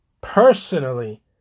personally